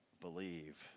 believe